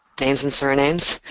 names and surnames,